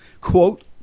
quote